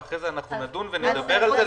ואחרי זה נדון ונדבר על זה.